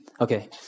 Okay